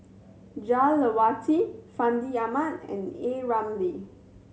Jah Lelawati Fandi Ahmad and A Ramli